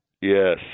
Yes